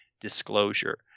disclosure